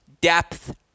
depth